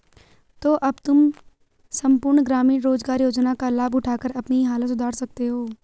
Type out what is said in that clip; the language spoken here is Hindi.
तो अब तुम सम्पूर्ण ग्रामीण रोज़गार योजना का लाभ उठाकर अपनी हालत सुधार सकते हो